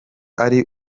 ari